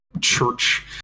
church